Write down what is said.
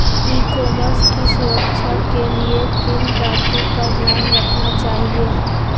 ई commerce की सुरक्षा के लिए किन बातों का ध्यान रखना चाहिए?